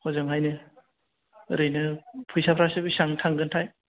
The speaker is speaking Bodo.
हजोंहायनो ओरैनो फैसाफ्रासो बिसिबां थांगोन थाय